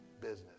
business